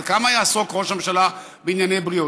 אבל כמה יעסוק ראש הממשלה בענייני בריאות?